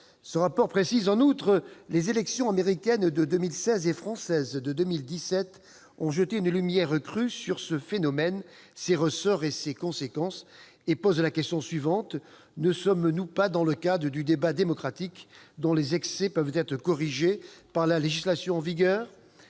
Ce rapport précise en outre :« Les élections américaines de 2016 et françaises de 2017 ont jeté une lumière crue sur ce phénomène, ses ressorts et ses conséquences. » Il pose la question suivante :« Ne sommes-nous pas dans le cadre du débat démocratique, dont les excès peuvent être corrigés par la législation en vigueur ?